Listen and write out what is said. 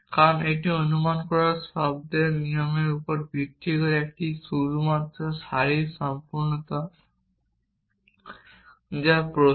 কারণ এটি অনুমান করার শব্দের নিয়মের উপর ভিত্তি করে এটি শুধুমাত্র সারির সম্পূর্ণতা যা প্রশ্ন